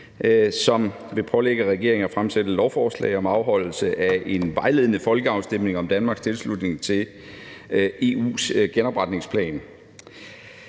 som vil pålægge regeringen at fremsætte lovforslag om afholdelse af en vejledende folkeafstemning om Danmarks tilslutning til EU's genopretningsplan.